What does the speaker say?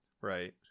Right